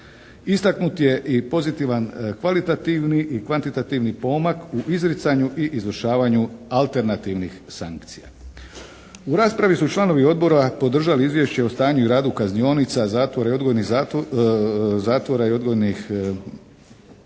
Istaknut je i pozitivan kvalitativni i kvantitativni pomak u izricanju i izvršavanju alternativnih sankcija. U raspravi su članovi Odbora podržali izvješće o stanju i radu kaznionica, zatvora i odgojnih,